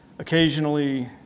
Occasionally